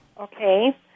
Okay